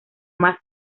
más